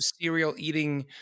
cereal-eating